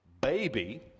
baby